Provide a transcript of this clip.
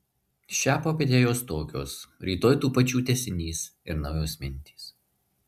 šią popietę jos tokios rytoj tų pačių tęsinys ir naujos mintys